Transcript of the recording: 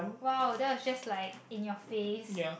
!wow! that was just like in your face